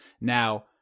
now